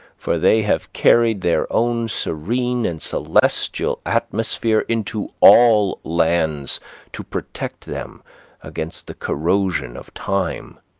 for they have carried their own serene and celestial atmosphere into all lands to protect them against the corrosion of time.